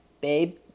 Babe